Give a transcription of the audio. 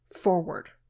forward